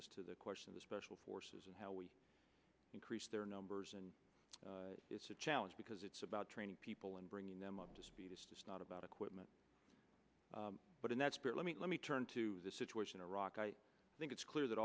us to the question of the special forces and how we increase their numbers and it's a challenge because it's about training people and bringing them up to speed is not about equipment but in that spirit let me let me turn to the situation in iraq i think it's clear that